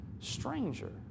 Stranger